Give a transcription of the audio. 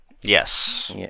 Yes